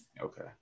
okay